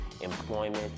employment